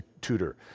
tutor